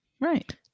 Right